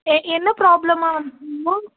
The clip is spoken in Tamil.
சே என்ன ப்ராப்ளமாக